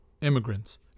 immigrants